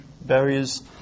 barriers